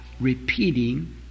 repeating